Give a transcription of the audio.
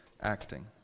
acting